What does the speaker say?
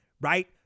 right